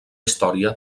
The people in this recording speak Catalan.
història